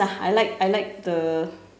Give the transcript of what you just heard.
lah I like I like the